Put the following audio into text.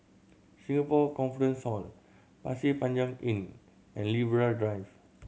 Singapore Conference Hall Pasir Panjang Inn and Libra Drive